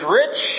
rich